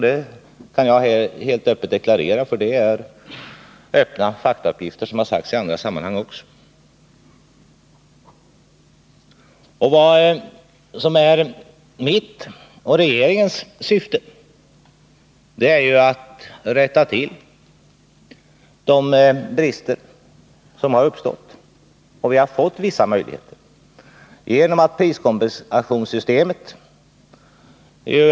Det kan jag här helt öppet deklarera, därför att det är faktauppgifter som öppet lämnats också i andra sammanhang. Mitt och regeringens syfte är att vi skall komma till rätta med de brister som har uppstått. Vi har fått vissa möjligheter genom priskompensationssystemets effekter.